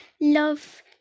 love